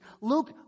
Luke